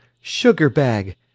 Sugar-bag